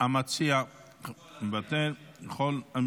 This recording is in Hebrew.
המציע מוותר, יכול, בסדר.